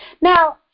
Now